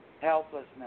Helplessness